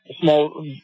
small